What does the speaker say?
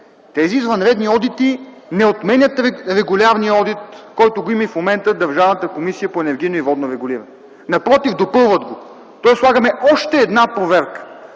тези извънредни одити не отменят регулярния одит, който го има и в момента Държавната комисия по енергийно и водно регулиране. Напротив, допълват го. Тоест слагаме още една проверка.